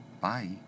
Bye